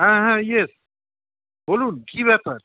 হ্যাঁ হ্যাঁ ইয়েস বলুন কী ব্যাপার